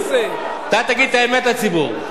אתה תגיד את האמת לציבור.